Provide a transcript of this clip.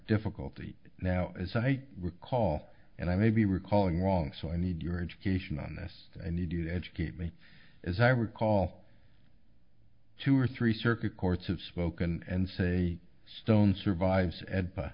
difficulty now as i recall and i may be recalling wrong so i need your education on this i need you to educate me as i recall two or three circuit courts have spoken and say stone survives a